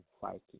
fighting